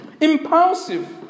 impulsive